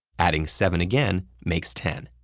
adding seven again makes ten.